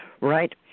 Right